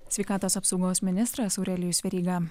sveikatos apsaugos ministras aurelijus veryga